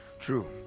True